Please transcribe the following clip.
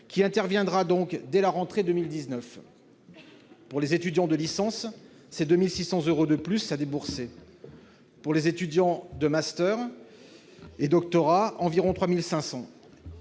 qui interviendra dès la rentrée 2019. Pour les étudiants de licence, c'est 2 600 euros de plus à débourser et pour les étudiants de master et de doctorat, environ 3 500